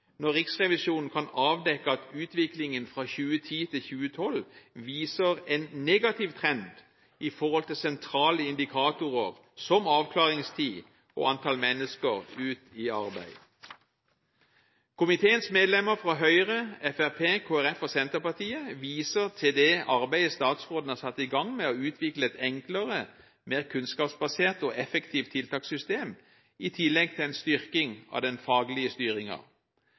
når Riksrevisjonen kan avdekke at utviklingen fra 2010 til 2012 viser en negativ trend i forhold til sentrale indikatorer som avklaringstid og antall mennesker ut i arbeid. Komiteens medlemmer fra Høyre, Fremskrittspartiet, Kristelig Folkeparti og Senterpartiet viser til det arbeidet statsråden har satt i gang med å utvikle et enklere, mer kunnskapsbasert og effektivt tiltakssystem i tillegg til en styrking av den faglige